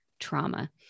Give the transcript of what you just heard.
trauma